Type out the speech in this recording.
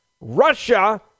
Russia